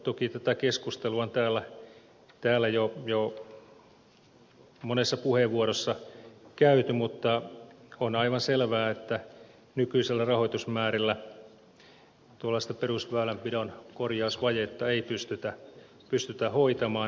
toki tätä keskustelua on täällä jo monessa puheenvuorossa käyty mutta on aivan selvää että nykyisillä rahoitusmäärillä tuollaista perusväylänpidon korjausvajetta ei pystytä hoitamaan